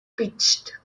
pitched